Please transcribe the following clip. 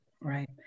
Right